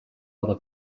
all